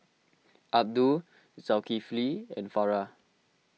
Abdul Zulkifli and Farah